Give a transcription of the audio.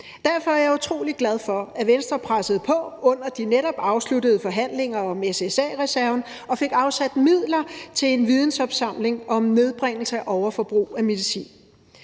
Derfor er jeg utrolig glad for, at Venstre pressede på under de netop afsluttede forhandlinger om SSA-reserven og fik afsat midler til en vidensopsamling om nedbringelse af overforbrug af medicin.